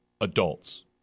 adults